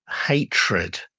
hatred